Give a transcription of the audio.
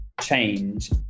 change